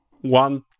one